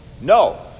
No